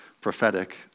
prophetic